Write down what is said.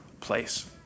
place